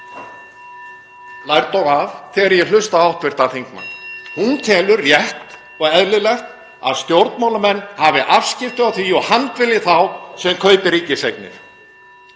lærdóm þegar ég hlusta á hv. þingmann. Hún telur rétt og eðlilegt að stjórnmálamenn hafi afskipti af því og handvelji þá sem kaupa ríkiseignir.